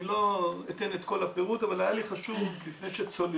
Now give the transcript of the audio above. אני לא אתן את כל הפירוט אבל היה לי חשוב לפני שצוללים